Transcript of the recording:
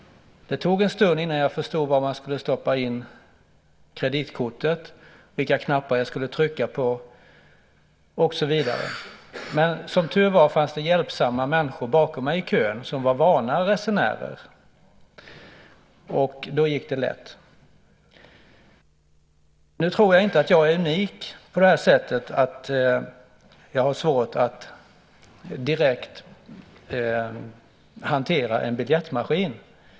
Det tog en stund innan jag förstod var jag skulle stoppa in kreditkortet, vilka knappar jag skulle trycka på och så vidare. Som tur var fanns det hjälpsamma människor bakom mig i kön som var vana resenärer. Då gick det lätt. Nu tror jag inte att jag är unik i att jag har svårt att direkt hantera en biljettmaskin.